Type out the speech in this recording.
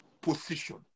position